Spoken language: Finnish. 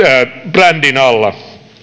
brändin alla